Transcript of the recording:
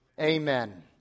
Amen